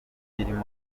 ibirimo